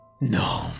No